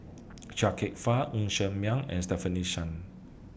Chia Kwek Fah Ng Ser Miang and Stefanie Sun